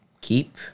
Keep